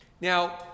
Now